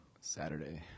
Saturday